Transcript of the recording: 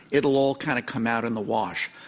it'll all kind of come out in the wash.